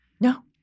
No